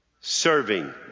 serving